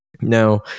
Now